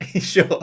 Sure